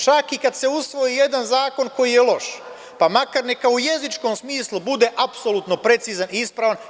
Čak i kada se usvoji jedan zakon koji je loš, neka makar u jezičkom smislu bude apsolutno precizan i ispravan.